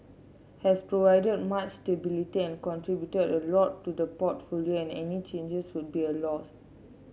has provided much stability and contributed a lot to the portfolio and any changes would be a loss